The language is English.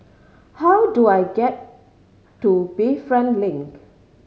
how do I get to Bayfront Link